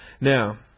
Now